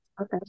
Okay